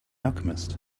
alchemist